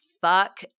fuck